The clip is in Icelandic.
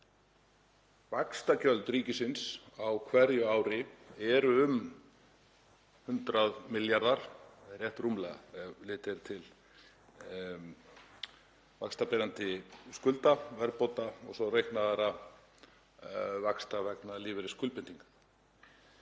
Vaxtagjöld ríkisins á hverju ári eru um 100 milljarðar, rétt rúmlega, ef litið er til vaxtaberandi skulda, verðbóta og svo reiknaðra vaxta vegna lífeyrisskuldbindinga.